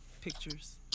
pictures